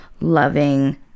loving